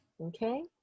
okay